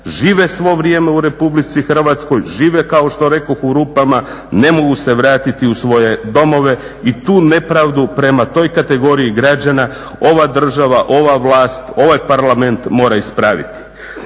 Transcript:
žive svo vrijeme u RH, žive kao što rekoh u rupama ne mogu se vratiti u svoje domove i tu nepravdu prema toj kategoriji građana ova država, ova vlast, ovaj Parlament mora ispraviti.